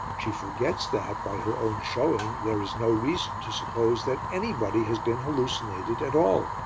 she forgets that, by her own showing, there is no reason to suppose that anybody has been hallucinated at all.